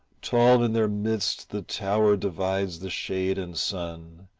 tall in their midst the tower divides the shade and sun,